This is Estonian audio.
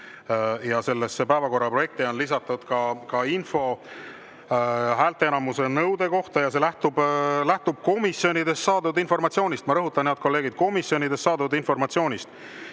Sellesse päevakorra projekti on lisatud ka info häälteenamuse nõude kohta ja see lähtub komisjonidelt saadud informatsioonist. Ma rõhutan, head kolleegid, et komisjonidelt saadud informatsioonist.